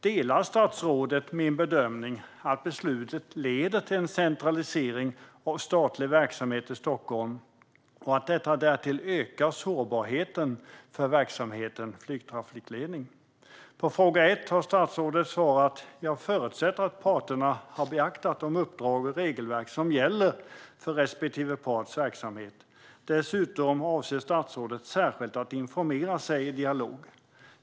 Delar statsrådet min bedömning att beslutet leder till centralisering av statlig verksamhet till Stockholm och att detta därtill ökar sårbarheten för verksamheten flygtrafikledning? På min första fråga har statsrådet svarat "Jag förutsätter att parterna har beaktat de uppdrag och regelverk som gäller för respektive parts verksamhet". Dessutom avser statsrådet att "särskilt informera sig i dialog".